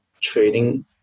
trading